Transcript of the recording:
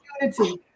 unity